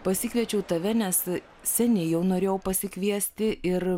pasikviečiau tave nes seniai jau norėjau pasikviesti ir